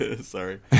Sorry